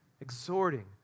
exhorting